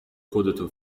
خودتو